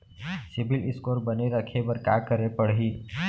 CIBIL score बने रखे बर का करे पड़ही?